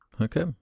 Okay